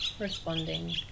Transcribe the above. responding